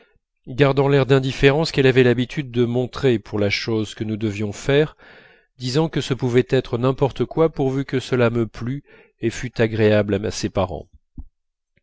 gardant l'air d'indifférence qu'elle avait l'habitude de montrer pour la chose que nous devions faire disant que ce pouvait être n'importe quoi pourvu que cela me plût et fût agréable à ses parents